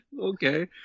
Okay